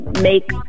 make